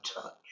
touch